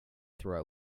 throw